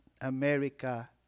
America